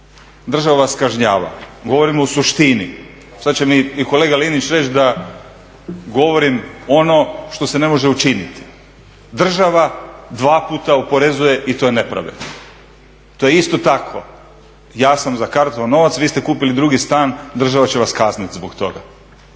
Država vas kažnjava, govorim u suštini. Sad će mi i kolega Linić reći da govorim ono što se ne može učiniti. Država dva puta oporezuje i to je nepravedno, to je isto tako, to je isto tako, ja sam za kartao novac, vi ste kupili drugi stan država će vas kazniti zbog toga,